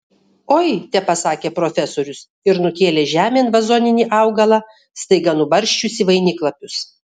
oi tepasakė profesorius ir nukėlė žemėn vazoninį augalą staiga nubarsčiusį vainiklapius